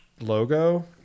logo